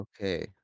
Okay